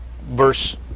verse